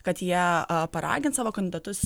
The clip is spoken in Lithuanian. kad jie paragins savo kandidatus